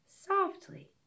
Softly